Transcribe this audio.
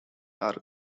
are